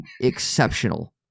exceptional